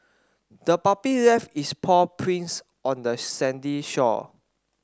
the puppy left its paw prints on the sandy shore